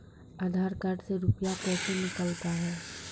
आधार कार्ड से रुपये कैसे निकलता हैं?